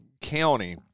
county